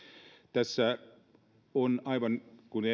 tässä on aivan kuin